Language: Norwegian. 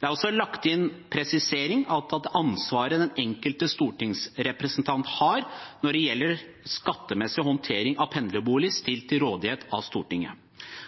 Det er også lagt inn en presisering av ansvaret den enkelte stortingsrepresentant har når det gjelder skattemessig håndtering av pendlerbolig stilt til rådighet av Stortinget.